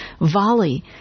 volley